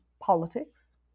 politics